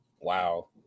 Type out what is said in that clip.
Wow